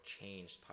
changed